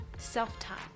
self-time